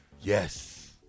Yes